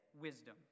wisdom